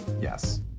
Yes